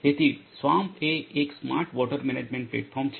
તેથી સ્વામ્પ એ એક સ્માર્ટ વોટર મેનેજમેન્ટ પ્લેટફોર્મ છે